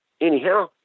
Anyhow